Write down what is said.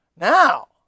Now